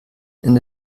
ende